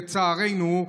לצערנו,